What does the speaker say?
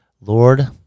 Lord